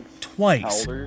twice